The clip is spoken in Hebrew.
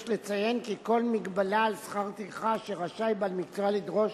יש לציין כי כל מגבלה על שכר טרחה שבעל מקצוע רשאי לדרוש